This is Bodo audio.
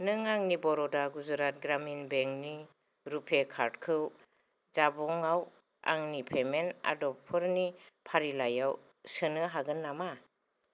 नों आंनि बर'दा गुजरात ग्रामिन बेंकनि रुपे कार्डखौ जानबुंआव आंनि पेमेन्ट आदबफोरनि फारिलाइयाव सोनो हागोन नामा